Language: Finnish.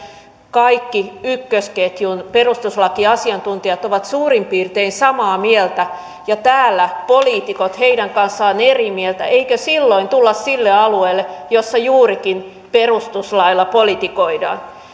kaikki ykkösketjun perustuslakiasiantuntijat ovat suurin piirtein samaa mieltä ja täällä poliitikot heidän kanssaan eri mieltä eikö silloin tulla sille alueelle jolla juurikin perustuslailla politikoidaan